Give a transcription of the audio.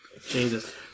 Jesus